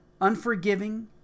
unforgiving